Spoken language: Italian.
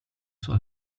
sua